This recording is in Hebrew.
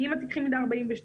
כי אם תיקחי מידה 42